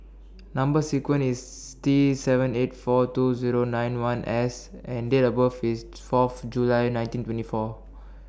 Number sequence IS T seven eight four two Zero nine one S and Date of birth IS Fourth July nineteen twenty four